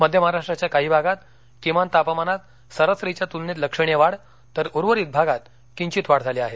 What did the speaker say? मध्यमहाराष्ट्राच्या काही भागात किमान तापमानात सरासरीच्या तुलनेत लक्षणीय वाढ तरउर्वरित भागात किंचित वाढ झाली आहे